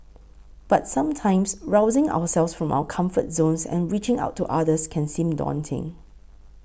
but sometimes rousing ourselves from our comfort zones and reaching out to others can seem daunting